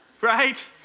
Right